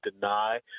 deny